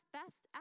best